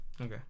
Okay